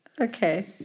Okay